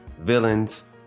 villains